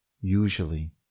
Usually